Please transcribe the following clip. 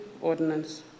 ordinance